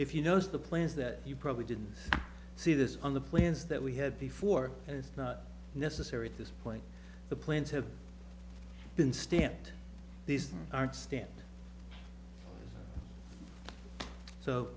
if you notice the plans that you probably didn't see this on the plans that we had before and it's not necessary at this point the plans have been stamped these aren't stand so